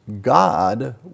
God